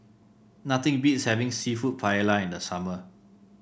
nothing beats having seafood Paella in the summer